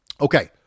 Okay